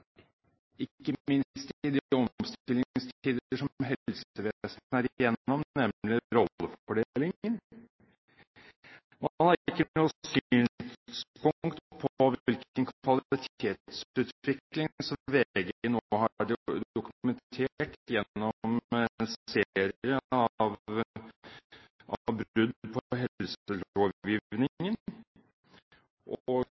i de omstillingstider som helsevesenet er gjennom, nemlig rollefordelingen. Han har ikke noe synspunkt på hvilken kvalitetsutvikling VG nå har dokumentert gjennom en serie om brudd på helselovgivningen og brudd på